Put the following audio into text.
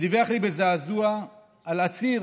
שדיווח לי בזעזוע על עציר,